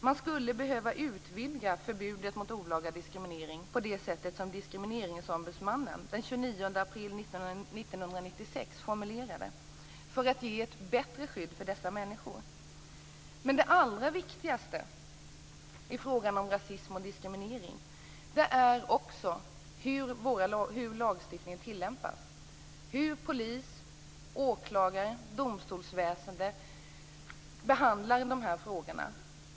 Man skulle behöva utvidga förbudet mot olaga diskriminering på det sätt som Diskrimineringsombudsmannen formulerade det den 29 april 1996 för att ge ett bättre skydd för dessa människor. Men det allra viktigaste i fråga om rasism och diskriminering är hur lagstiftningen tillämpas, hur polis, åklagare och domstolsväsende behandlar de här frågorna.